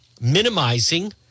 minimizing